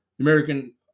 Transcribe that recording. American